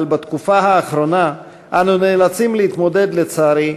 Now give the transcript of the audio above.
אבל בתקופה האחרונה אנו נאלצים להתמודד, לצערי,